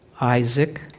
Isaac